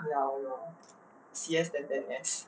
wait ah wait ah C_S ten ten S